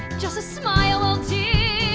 just a smile will do!